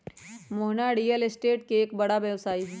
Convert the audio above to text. Mohana real estate के एक बड़ा व्यवसायी हई